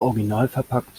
originalverpackt